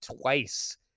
twice